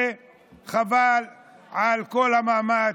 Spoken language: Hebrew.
וחבל על כל המאמץ.